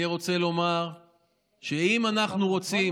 אני רוצה לומר שאם אנחנו רוצים